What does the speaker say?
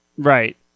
Right